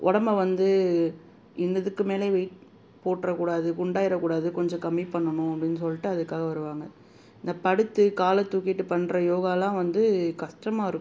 உடம்ப வந்து இந்த இதுக்கு மேலேயும் வெயிட் போட்டுடக்கூடாது குண்டாயிடக்கூடாது கொஞ்சம் கம்மி பண்ணணும் அப்படின்னு சொல்லிட்டு அதுக்காக வருவாங்க இந்த படுத்து காலைத் தூக்கிவிட்டுப் பண்ணுற யோகாவெல்லாம் வந்து கஷ்டமா இருக்கும்